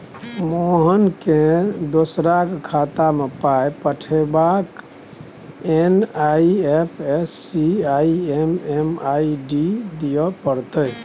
मोहनकेँ दोसराक खातामे पाय पठेबाक लेल आई.एफ.एस.सी आ एम.एम.आई.डी दिअ पड़तै